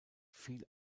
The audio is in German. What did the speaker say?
fiel